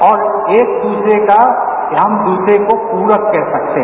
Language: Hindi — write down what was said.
और एक दूसरे का हम एक दूसरे का पूरक कह सकते हैं